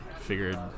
figured